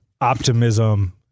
optimism